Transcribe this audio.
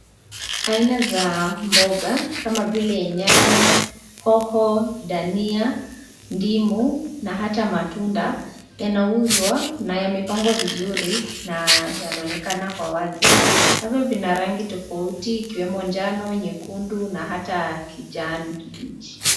Aina za mboga kama vile nyanya, hoho, dania, ndimu na hata matunda yanauzwa na yamepangwa vizuri na yanaonekana kwa wazi, navyo vina rangi tofauti ikiwemo njano, nyekundu na hata kijani kibichi.